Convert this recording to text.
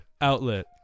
outlet